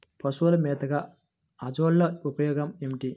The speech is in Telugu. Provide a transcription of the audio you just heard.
పశువుల మేతగా అజొల్ల ఉపయోగాలు ఏమిటి?